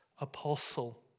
apostle